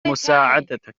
مساعدتك